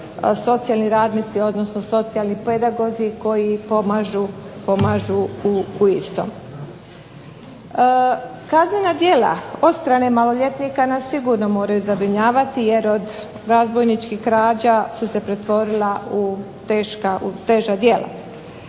socijalni radnici, odnosno socijalni pedagozi koji pomažu u istom. Kaznena djela od strane maloljetnika nas sigurno moraju zabrinjavati jer od razbojničkih krađa su se pretvorila u teža djela.